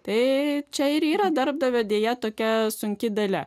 tai čia ir yra darbdavio deja tokia sunki dalia